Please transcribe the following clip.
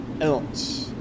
else